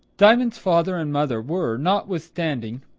diamond's father and mother were, notwithstanding,